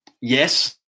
yes